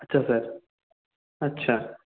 আচ্ছা স্যার আচ্ছা